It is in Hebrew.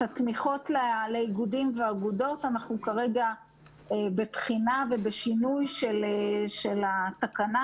את התמיכות לאיגודים ואגודות אנחנו כרגע בבחינה ובשינוי של התקנה